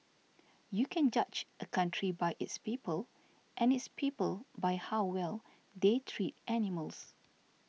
you can judge a country by its people and its people by how well they treat animals